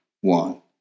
one